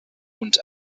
und